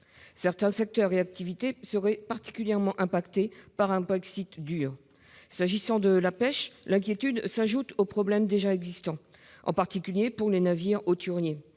Certains secteurs d'activité seraient particulièrement impactés par un Brexit « dur ». S'agissant de la pêche, l'inquiétude s'ajoute aux problèmes déjà existants, en particulier pour les navires hauturiers.